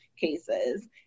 cases